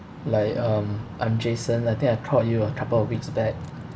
like um I'm jason I think I called you a couple of weeks back